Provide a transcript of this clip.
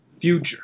future